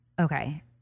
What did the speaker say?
Okay